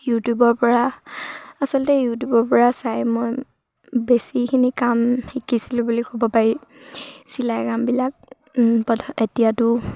ইউটিউবৰ পৰা আচলতে ইউটিউবৰ পৰা চাই মই বেছিখিনি কাম শিকিছিলোঁ বুলি ক'ব পাৰি চিলাই কামবিলাক পথ এতিয়াতো